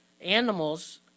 animals